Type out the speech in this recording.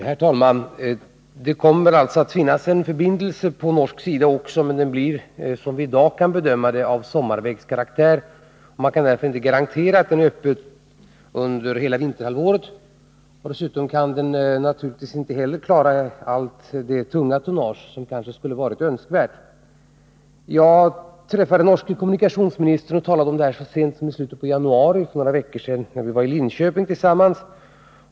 Herr talman! Det kommer alltså att finnas en förbindelse på norsk sida också, men den blir — som vi i dag kan bedöma det — av sommarvägskaraktär, och man kan därför inte garantera att den är öppen under hela vinterhalvåret. Dessutom kan vägen naturligtvis inte heller klara allt det tunga tonnage som det kanske skulle ha varit önskvärt att den kunde ha klarat. Jag träffade den norske kommunikationsministern och talade om det här så sent som i slutet på januari, alltså för några veckor sedan, när vi var i Linköping tillsammans.